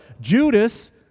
Judas